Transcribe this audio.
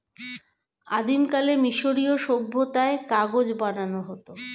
আদিমকালে মিশরীয় সভ্যতায় কাগজ বানানো হতো